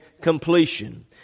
completion